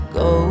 go